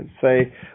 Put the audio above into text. say